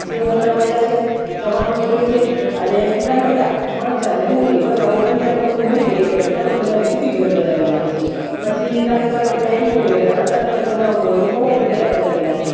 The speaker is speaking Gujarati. સેવ મમરા પડ્યા છે ચવાણું પડ્યું છે અને ટમેટાં મરચા અને ડુંગળી બસ આવું ત્રણ ચાર વસ્તુ મળી ગઈ એટલે સરસ મજાનું સૂકી ભેળ બનાવીએ નાખીએ છીએ પછી સાથે સાથે કોઈ આવ્યું હોય અને અચાનક જ બનાવવાનું હોય તો પૌવા બટાકા બનાવી નાખીએ